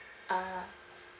ah